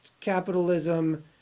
capitalism